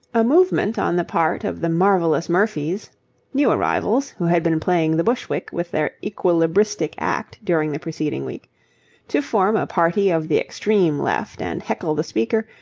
a movement on the part of the marvellous murphys new arrivals, who had been playing the bushwick with their equilibristic act during the preceding week to form a party of the extreme left and heckle the speaker,